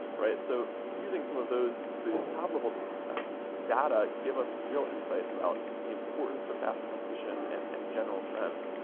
right. so, using some of those those top-level data give us some real insights about the importance of fafsa completion and and general trends.